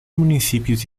municípios